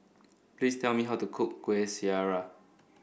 please tell me how to cook Kueh Syara